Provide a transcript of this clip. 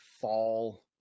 fall